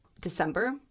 December